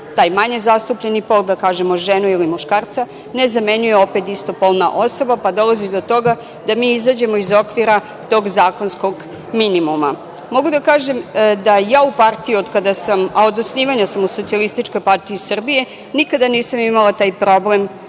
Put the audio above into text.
taj manje zastupljeni pol, da kažemo, ženu ili muškarca, ne zamenjuju opet istog pola osoba, pa dolazimo do toga da mi izađemo iz okvira tog zakonskog minimuma. Mogu da kažem da od kada sam ja u partiji, a od osnivanja sam u SPS, nikada nisam imala taj problem